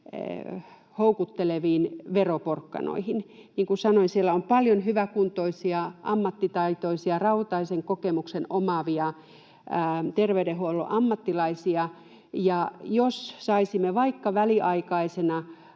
houkuttelevat veroporkkanat. Niin kuin sanoin, siellä on paljon hyväkuntoisia, ammattitaitoisia, rautaisen kokemuksen omaavia terveydenhuollon ammattilaisia, ja jos saisimme vaikka väliaikaisena